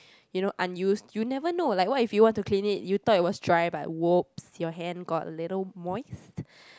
you know unused you never know like what if you want to clean it you thought it was dry but whoops your hand got a little moist